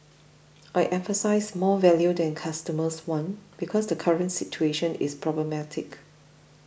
I emphasised more value that customers want because the current situation is problematic